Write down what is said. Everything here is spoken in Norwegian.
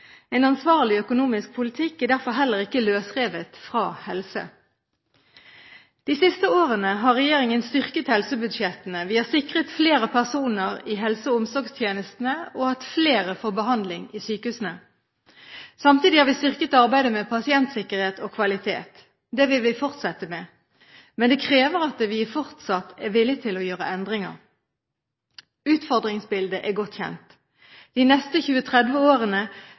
En ansvarlig økonomisk politikk er derfor heller ikke løsrevet fra helse. De siste årene har regjeringen styrket helsebudsjettene, vi har sikret flere personer i helse- og omsorgstjenestene, og at flere får behandling i sykehusene. Samtidig har vi styrket arbeidet med pasientsikkerhet og kvalitet. Det vil vi fortsette med. Men det krever at vi fortsatt er villig til å gjøre endringer. Utfordringsbildet er godt kjent. De neste 20–30 årene